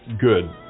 good